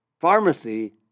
pharmacy